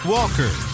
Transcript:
Walker